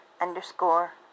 underscore